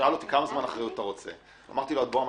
נתן לי אחריות עד בוא המשיח.